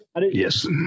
Yes